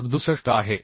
67आहे